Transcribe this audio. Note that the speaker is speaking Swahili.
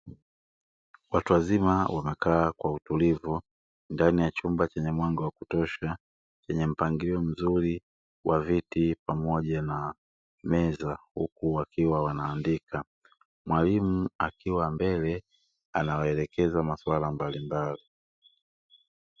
Watu wazima wamekaa kwa utulivu ndani ya chumba chenye mwanga wa kutosha, chenye mpangilio mzuri wa viti pamoja na meza. Huku wakiwa wanaandika, mwalimu akiwa mbele anawaelekeza maswala mbalimbali.